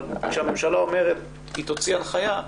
אבל כשהממשלה אומרת שהיא תוציא הנחיה,